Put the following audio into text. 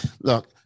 look